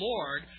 Lord